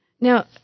Now